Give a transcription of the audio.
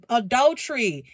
adultery